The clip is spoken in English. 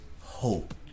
hope